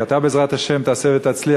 כי אתה בעזרת השם תעשה ותצליח,